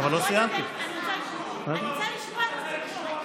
אני רוצה לשמוע את התשובות,